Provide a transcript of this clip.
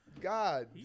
God